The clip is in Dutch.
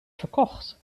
verkocht